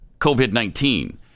COVID-19